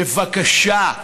בבקשה,